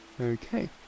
Okay